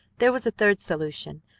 there was a third solution,